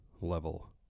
level